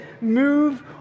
move